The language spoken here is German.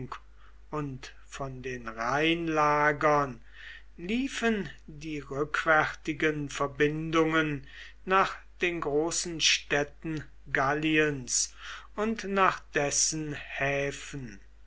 und von den rheinlagern liefen die rückwärtigen verbindungen nach den großen städten galliens und nach dessen häfen